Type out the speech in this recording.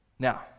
Now